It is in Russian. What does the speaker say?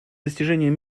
достижению